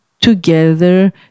together